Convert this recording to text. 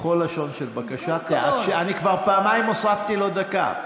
בכל לשון של בקשה, אני כבר פעמיים הוספתי לו דקה.